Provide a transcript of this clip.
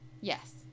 Yes